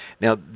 Now